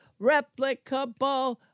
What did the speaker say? replicable